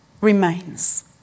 remains